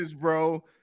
bro